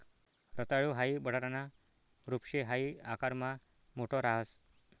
रताळू हाई बटाटाना रूप शे हाई आकारमा मोठ राहस